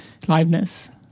liveness